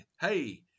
hey